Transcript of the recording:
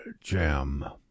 jam